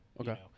Okay